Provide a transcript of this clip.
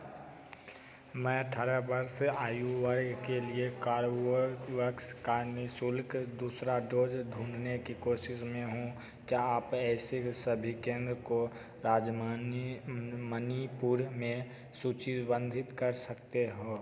मैं अठारह वर्ष आयु वर्ग के लिए कोर्बेवैक्स का निःशुल्क दूसरा डोज ढूँढने की कोशिश में हूँ क्या आप ऐसे सभी केंद्रों को राज्य मणिपुर में सूचीबद्ध कर सकते हो